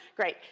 great.